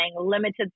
limited